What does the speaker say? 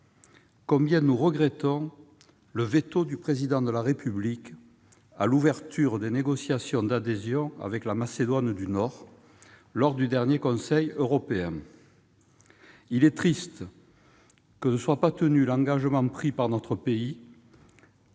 combien nous regrettons le veto mis par le Président de la République à l'ouverture des négociations d'adhésion avec la Macédoine du Nord lors du dernier Conseil européen. Il est triste que ne soit pas tenu l'engagement pris par notre pays